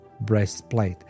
breastplate